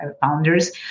founders